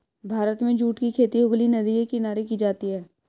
भारत में जूट की खेती हुगली नदी के किनारे की जाती है